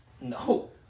No